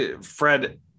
Fred